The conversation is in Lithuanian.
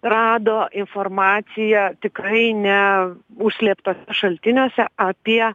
rado informaciją tikrai ne užslėptuose šaltiniuose apie